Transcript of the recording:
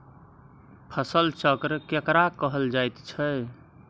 फसल चक्र केकरा कहल जायत छै?